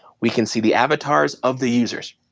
we can see the avatars of the users.